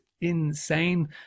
insane